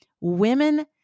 women